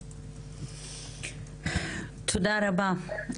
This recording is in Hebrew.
תודה רבה.